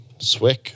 Swick